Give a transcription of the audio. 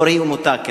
לא רואים אותה כנראה.